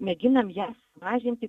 mėginam ją mažinti